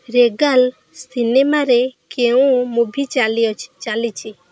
regal ସିନେମାରେ କେଉଁ movie ଚାଲି ଅଛି ଚାଲିଛି